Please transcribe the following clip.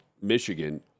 Michigan